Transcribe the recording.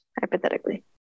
Hypothetically